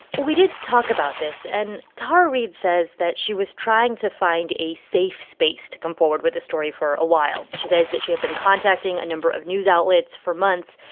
well, we did talk about this. and tara reade says that she was trying to find a safe space to come forward with a story for a while. she says that she had been contacting a number of news outlets for months,